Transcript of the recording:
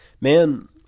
Man